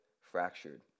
fractured